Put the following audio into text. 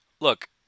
look